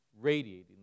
radiating